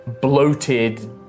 bloated